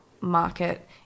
market